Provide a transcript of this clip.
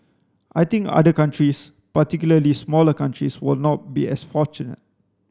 I think other countries particularly smaller countries will not be as fortunate